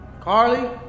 Carly